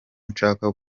nshaka